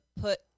put